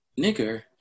nigger